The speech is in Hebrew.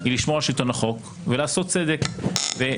היא לשמור על שלטון החוק ולעשות צדק והדברים